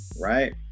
right